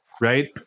right